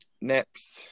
Next